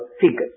figures